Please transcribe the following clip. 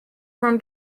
from